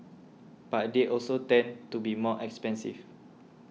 but they also tend to be more expensive